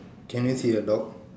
can you see a dog